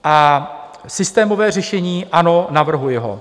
A systémové řešení: ano, navrhuji ho.